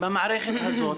במערכת הזאת,